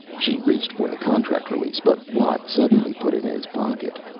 she reached for the contract release, but watt suddenly put it in his pocket.